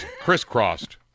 crisscrossed